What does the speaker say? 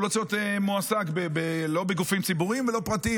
הוא לא צריך להיות מועסק לא בגופים ציבוריים ולא פרטיים.